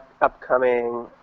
upcoming